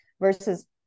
versus